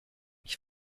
ich